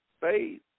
faith